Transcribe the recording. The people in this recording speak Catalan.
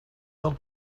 del